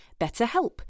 BetterHelp